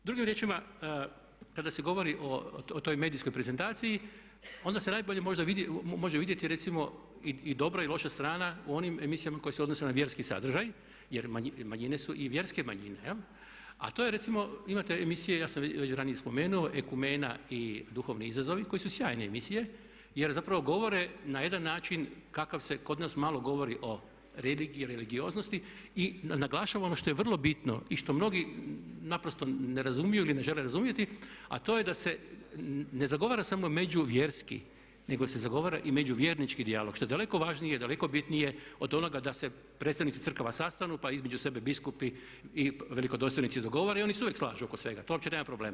Drugim riječima, kada se govori o toj medijskoj prezentaciji, onda se najbolje možda vidi, može vidjeti recimo i dobra i loša strana u onim emisijama koje se odnose na vjerski sadržaj jer manjine su i vjerske manjine, a to je recimo imate emisije ja sam već ranije spomenuo Ekumena i Duhovni izazovi koji su sjajne emisije, jer zapravo govore na jedan način kakav se kod nas malo govori o religiji, religioznosti i naglašavam ono što je vrlo bitno i što mnogi naprosto ne razumiju ili ne žele razumjeti, a to je da se ne zagovara samo međuvjerski, nego se zagovara i među vjernički dijalog što je daleko važnije, daleko bitnije od onoga da se predstavnici crkava sastanu pa između sebe biskupi i velikodostojnici dogovore i oni se uvijek slažu oko svega, to uopće nema problema.